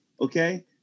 Okay